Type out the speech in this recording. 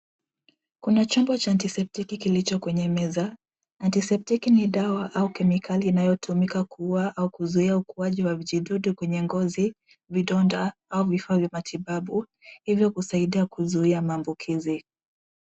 Kuna chupa cha ANTISEPTIC kilicho kwenye meza. ANTISEPTIC ni dawa au kemikali inayotumika kuua au kuzuia ukuaji wa vijidudu kwenye ngozi, vidonda au vifaa vya matibabu, hivyo kusaidia kuzuia maambukizi.